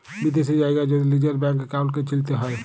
বিদ্যাশি জায়গার যদি লিজের ব্যাংক একাউল্টকে চিলতে হ্যয়